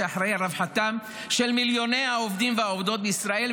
ואחראי לרווחתם של מיליוני העובדים והעובדות בישראל,